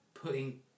putting